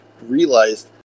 realized